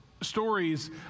stories